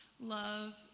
love